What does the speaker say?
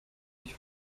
mich